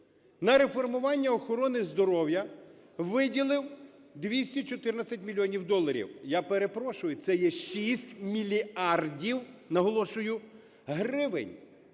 на реформування охорони здоров'я виділив 214 мільйонів доларів. Я перепрошую, це є 6 мільярдів,